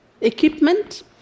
equipment